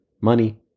Money